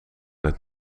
het